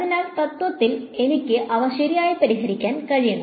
അതിനാൽ തത്വത്തിൽ എനിക്ക് അവ ശരിയായി പരിഹരിക്കാൻ കഴിയണം